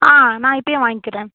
ஆ நான் இப்பயே வாங்கிக்கிறேன்